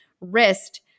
wrist